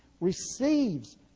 receives